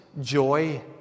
joy